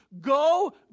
go